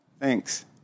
Thanks